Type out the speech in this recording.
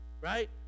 right